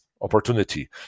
opportunity